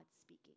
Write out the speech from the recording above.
speaking